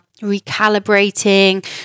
recalibrating